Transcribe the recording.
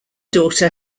daughter